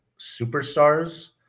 superstars